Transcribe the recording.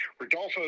Rodolfo